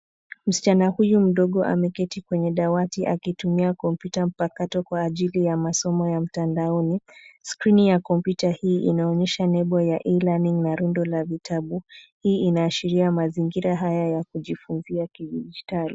Msichana huyu mdogo ameketi kwenye dawati akitumia kompyuta mpakato kwa ajili ya masomo ya mtandaoni. Skrini ya kompyuta hii inaonyesha nembo ya E_learning na rundo la vitabu . Hii inaashiria mazingira haya ya kujifunzia ya kidijitali.